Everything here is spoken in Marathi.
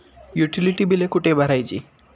युटिलिटी बिले कुठे भरायची?